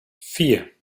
vier